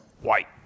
white